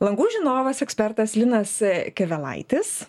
langų žinovas ekspertas linas kėvelaitis